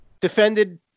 defended